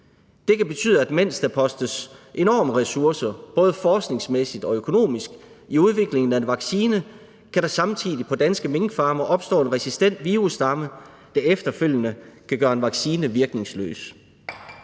Det kan betyde, at mens der postes enorme ressourcer både forskningsmæssigt og økonomisk i udviklingen af en vaccine, kan der samtidig på danske minkfarme opstå en resistent virusstamme, der efterfølgende kan gøre en vaccine virkningsløs.